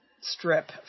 strip